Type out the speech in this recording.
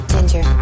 Ginger